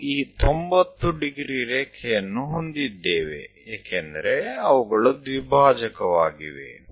ನಾವು ಈ 90 ಡಿಗ್ರಿ ರೇಖೆಯನ್ನು ಹೊಂದಿದ್ದೇವೆ ಏಕೆಂದರೆ ಅವುಗಳು ದ್ವಿಭಾಜಕವಾಗಿವೆ